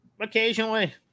Occasionally